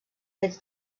fets